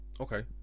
Okay